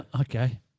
Okay